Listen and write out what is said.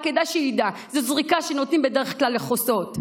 כדאי שידע: זאת זריקה שנותנים בדרך כלל לחוסות.